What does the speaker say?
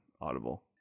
Audible